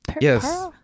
Yes